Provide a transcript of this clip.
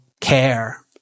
care